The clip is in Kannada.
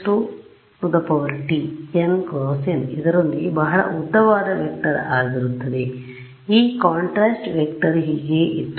T nx1 ಇದರೊಂದಿಗೆ ಬಹಳ ಉದ್ದವಾದ ವೆಕ್ಟರ್ ಆಗಿರುತ್ತದೆ ಈ ಕಾಂಟ್ರಾಸ್ಟ್ ವೆಕ್ಟರ್ ಹೀಗೆಯೇ ಇತ್ತು